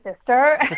sister